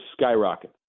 skyrocket